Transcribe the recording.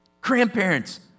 Grandparents